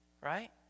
right